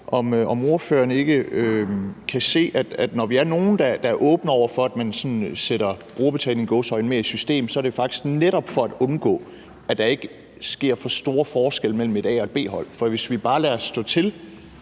om ordføreren ikke kan se, at når vi er nogle, der er åbne over for, at man sådan sætter brugerbetalingen, i gåseøjne, mere i system, så er det faktisk netop for at undgå, at der kommer for store forskelle mellem et A-hold og et B-hold. For hvis vi bare lader stå til,